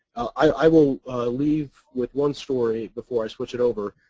i will leave with one story before i switch it over.